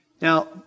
Now